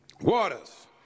waters